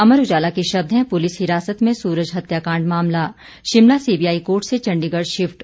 अमर उजाला के शब्द हैं पुलिस हिरासत में सूरज हत्याकांड मामला शिमला सीबीआई कोर्ट से चंडीगढ़ शिफ्ट